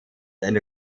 eine